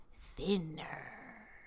thinner